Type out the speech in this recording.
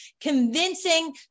convincing